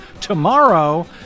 tomorrow